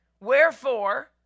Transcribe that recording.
Wherefore